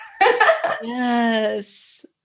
Yes